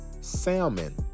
salmon